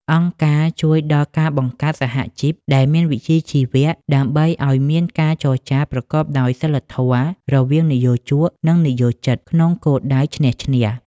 អង្គការជួយដល់ការបង្កើតសហជីពដែលមានវិជ្ជាជីវៈ ដើម្បីឱ្យមានការចរចាប្រកបដោយសីលធម៌រវាងនិយោជក និងនិយោជិត ក្នុងគោលដៅឈ្នះ-ឈ្នះ។